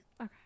Okay